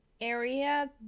area